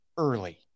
early